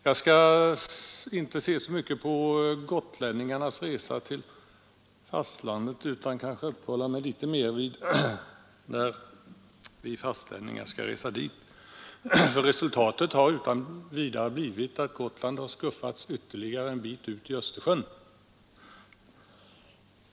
Jag skall inte se så mycket på gotlänningarnas resor till fastlandet utan kanske uppehålla mig mer vid fastlänningars resor till Gotland. Resultatet har utan vidare blivit att Gotland skuffats ytterligare en bit ut i Östersjön.